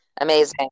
Amazing